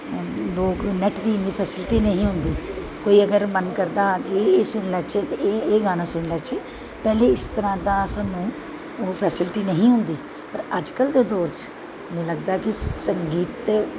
लोक नैट दी इन्नी फैसिलिटी नेईं ही होंदी कोई अगर मन करदा हा कि एह् सुनी लैच्चै एह् गाना सुनी लैच्चै पैह्लें इस तरह दी सानूं ओह् फैसिलिटी नेईं ही होंदी पर अजकल्ल दे दौर च मिगी लगदा ऐ कि संगीत